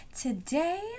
today